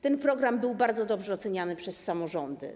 Ten program był bardzo dobrze oceniany przez samorządy.